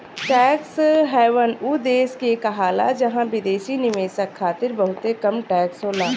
tax haven उ देश के कहाला जहां विदेशी निवेशक खातिर बहुते कम टैक्स होला